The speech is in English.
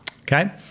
okay